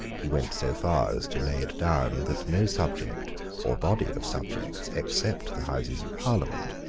he went so far as to lay it down that no subject or body of subjects, except the houses of parliament,